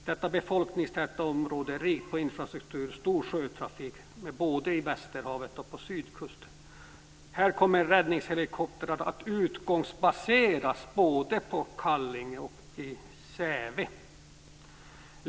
Detta befolkningstäta område har rik infrastruktur och stor sjötrafik både i Västerhavet och på sydkusten. Här kommer räddningshelikoptrar att utgångsbaseras vid både Kallinge och Säve.